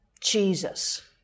Jesus